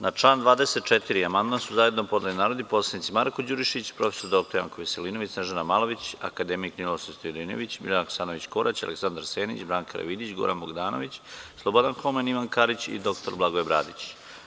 Na član 24. amandman su zajedno podneli narodni poslanici Marko Đurišić, prof. dr Janko Veselinović, Snežana Malović, akademik Ninoslav Stojadinović, Biljana Hasanović Korać, Aleksandar Senić, Branka Karavidić, Goran Bogdanović, Slobodan Homen, Ivan Karić i dr Blagoje Bradić.